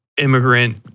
immigrant